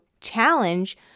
challenge